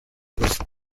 gusa